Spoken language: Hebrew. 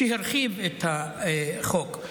שירחיב את החוק.